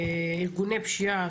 ארגוני פשיעה,